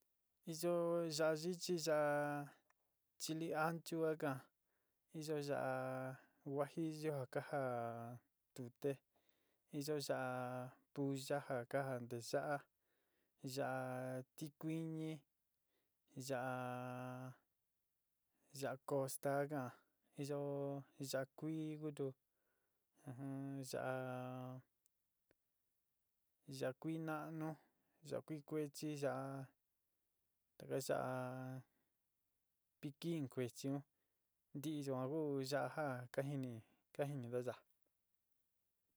Iyo yaá yichí, yaá chili anchu ka ka'án, iyo yaá guajillú ja ka jaán tuté, iyo yaá pulla ja ka jaán nteyaá, yaá tikuiñi, yaá yaá costa ka ka´n iyo yaá kuí kutu, in yaá kuí naánu, yaá kuí kuechi, yaá yaá piquin kuechi un, ntií yuan ku yaá ja ka jini ka jinidá yaá.